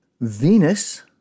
Venus